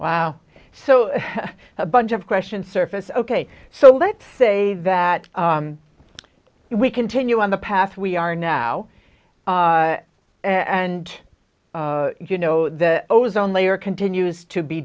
wow so a bunch of questions surface ok so let's say that we continue on the path we are now and you know the ozone layer continues to be